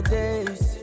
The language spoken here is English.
days